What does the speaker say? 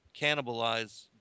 cannibalize